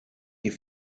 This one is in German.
die